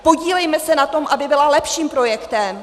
Podílejme se na tom, aby byla lepším projektem.